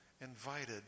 invited